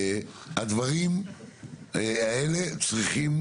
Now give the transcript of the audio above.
הדברים האלה צריכים